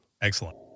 Excellent